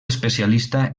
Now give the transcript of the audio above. especialista